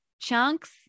chunks